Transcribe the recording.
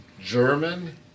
German